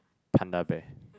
Panda bear